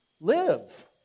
live